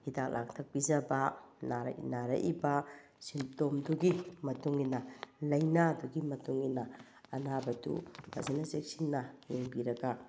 ꯍꯤꯗꯥꯛ ꯂꯥꯡꯊꯛ ꯄꯤꯖꯕ ꯅꯥꯔꯛꯏꯕ ꯁꯤꯝꯇꯣꯝꯗꯨꯒꯤ ꯃꯇꯨꯡ ꯏꯟꯅ ꯂꯥꯏꯅꯥꯗꯨꯒꯤ ꯃꯇꯨꯡ ꯏꯟꯅ ꯑꯅꯥꯕꯗꯨ ꯐꯖꯅ ꯆꯦꯛꯁꯤꯟꯅ ꯌꯦꯡꯕꯤꯔꯒ